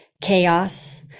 chaos